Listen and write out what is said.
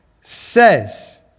says